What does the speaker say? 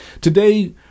today